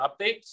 updates